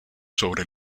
sobre